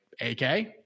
AK